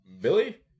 Billy